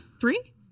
Three